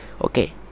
okay